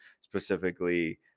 specifically